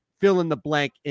fill-in-the-blank